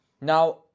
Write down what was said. Now